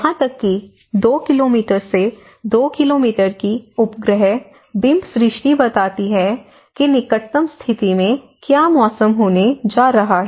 यहां तक कि 2 किलोमीटर से 2 किलोमीटर की उपग्रह बिम्ब सृष्टि बताती है कि निकटतम स्थिति में क्या मौसम होने जा रहा है